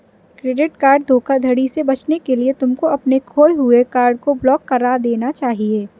credit card धोखाधड़ी से बचने के लिए तुमको अपने खोए हुए कार्ड को ब्लॉक करा देना चाहिए